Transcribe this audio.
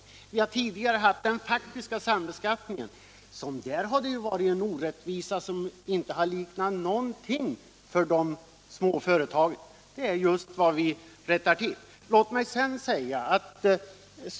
Småföretagarna har tidigare haft en faktisk sambeskattning, en orättvisa som inte har liknat någonting, det är den vi undanröjt.